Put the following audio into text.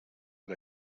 but